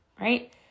Right